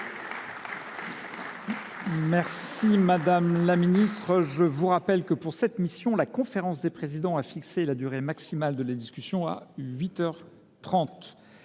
Mes chers collègues, je vous rappelle que, pour cette mission, la conférence des présidents a fixé la durée maximale de la discussion à huit